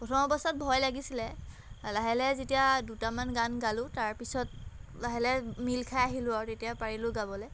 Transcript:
প্ৰথম অৱস্থাত ভয় লাগিছিলে লাহে লাহে যেতিয়া দুটামান গান গালোঁ তাৰপিছত লাহে লাহে মিল খাই আহিলোঁ আৰু তেতিয়া পাৰিলোঁ গাবলৈ